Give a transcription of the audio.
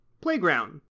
playground